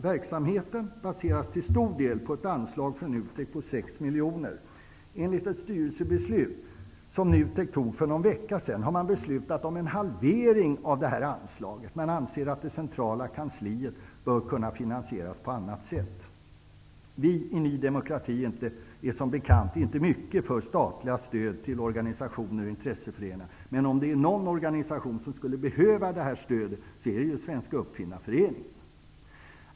Verksamheten baseras till stor del på ett anslag från NUTEK på 6 miljoner. Enligt ett styrelsebeslut som NUTEK tog för en vecka sedan kommer man att halvera det här anslaget. Man anser att det centrala kansliet bör kunna finansieras på annat sätt. Vi i Ny demokrati är som bekant inte mycket för statliga stöd till organisationer och intresseföreningar. Men om det är någon organisation som skulle behöva det här stödet så är det Svenska uppfinnarföreningen.